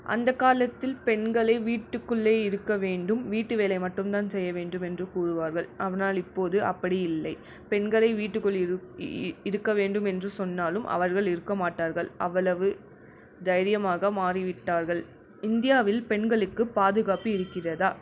அந்தக் காலத்தில் பெண்களை வீட்டுக்குள்ளேயே இருக்க வேண்டும் வீட்டு வேலை மட்டும்தான் செய்ய வேண்டுமென்று கூறுவார்கள் ஆனால் இப்போது அப்படியில்லை பெண்களை வீட்டுக்குள் இருக்க வேண்டுமென்று சொன்னாலும் அவர்கள் இருக்கமாட்டார்கள் அவ்வளவு தைரியமாக மாறிவிட்டார்கள் இந்தியாவில் பெண்களுக்கு பாதுகாப்பு இருக்கிறதா